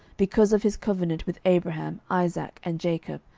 because of his covenant with abraham, isaac, and jacob,